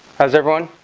how's everyone